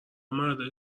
مردای